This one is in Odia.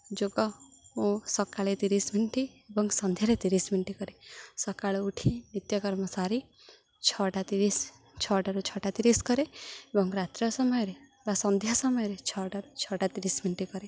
ଯୋଗ ମୁଁ ସକାଳେ ତିରିଶ ମିନିଟ୍ ଏବଂ ସନ୍ଧ୍ୟାରେ ତିରିଶ ମିନିଟ୍ କରେ ସକାଳୁ ଉଠି ନିତ୍ୟକର୍ମ ସାରି ଛଅଟା ତିରିଶ ଛଅଟାରୁ ଛଅଟା ତିରିଶ କରେ ଏବଂ ରାତ୍ର ସମୟରେ ବା ସନ୍ଧ୍ୟା ସମୟରେ ଛଅଟାରୁ ଛଅଟା ତିରିଶ ମିନିଟ୍ କରେ